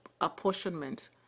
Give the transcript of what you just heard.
apportionment